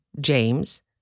James